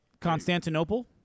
Constantinople